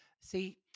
See